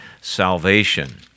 salvation